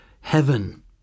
heaven